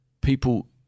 people